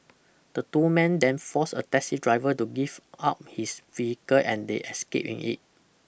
the two men then forced a taxi driver to give up his vehicle and they escaped in it